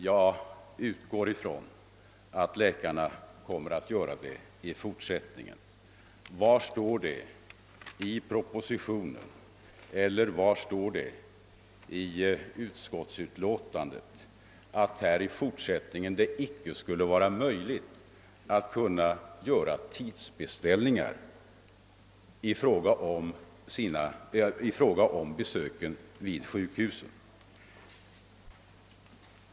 Det utgår jag från att läkarna kommer att göra i fortsättningen. Var någonstans i propositionen eller utskottsutlåtandet står det, att det i fortsättningen icke skulle vara möjligt att göra tidsbeställningar för besök vid sjukhusen?